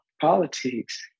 politics